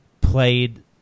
played